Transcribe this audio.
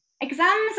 Exams